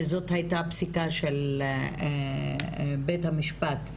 שזאת הייתה פסיקה של בית המשפט.